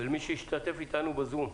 למי שהשתתף אתנו בזום.